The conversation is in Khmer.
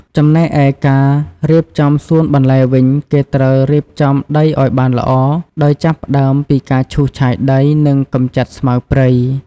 ចំណែកឯការរៀបចំសួនបន្លែវិញ គេត្រូវរៀបចំដីឱ្យបានល្អដោយចាប់ផ្តើមពីការឈូសឆាយដី និងកម្ចាត់ស្មៅព្រៃ។